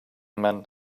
men